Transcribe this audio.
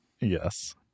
Yes